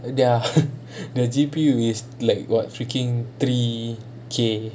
and their their G_P_U is like what freaking three K